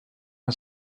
and